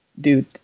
dude